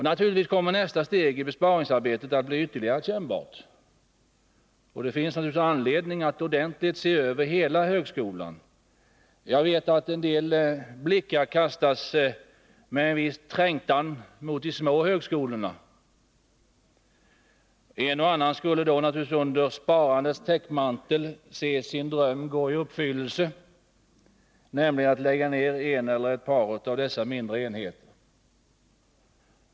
Naturligtvis kommer nästa steg i besparingsarbetet att bli ytterligare kännbart, och det finns anledning att ordentligt se över hela högskolan. Jag vet att en del blickar med en viss trängtan kastas mot de små högskolorna. En och annan skulle under sparandets täckmantel vilja se sin dröm gå i uppfyllelse, nämligen att lägga ner en eller ett par av dessa mindre enheter.